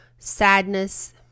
sadness